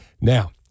Now